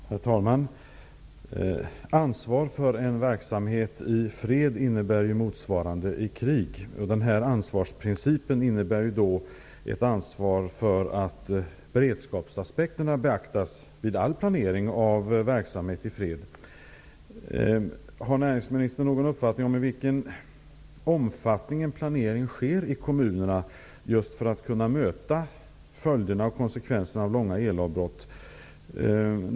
Herr talman! Ansvaret för en verksamhet i fred innebär motsvarande ansvar i krig. Ansvarsprincipen innebär ett ansvar för att beredskapsaspekten beaktas vid all planering av verksamheten i fred. Har näringsministern någon uppfattning om i vilken omfattning en planering sker i kommunerna just för att kunna möta konsekvenserna av sådana här elavbrott?